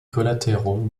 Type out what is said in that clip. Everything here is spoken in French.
collatéraux